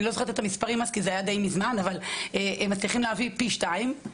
הם מצליחים להביא פי שניים.